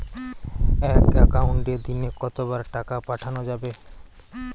এক একাউন্টে দিনে কতবার টাকা পাঠানো যাবে?